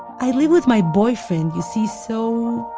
i live with my boyfriend, you see, so,